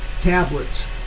tablets